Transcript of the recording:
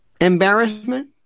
embarrassment